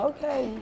Okay